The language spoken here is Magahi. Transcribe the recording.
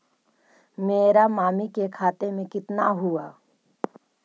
मेरा मामी के खाता में कितना हूउ?